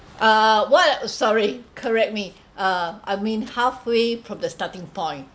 uh what uh sorry correct me uh I mean halfway from the starting point